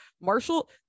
Marshall